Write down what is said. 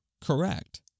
correct